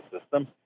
system